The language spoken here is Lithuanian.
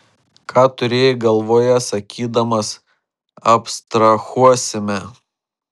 ką turėjai galvoje sakydamas abstrahuosime